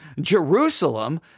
Jerusalem